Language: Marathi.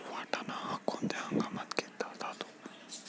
वाटाणा हा कोणत्या हंगामात घेतला जातो?